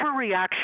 overreaction